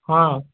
ହଁ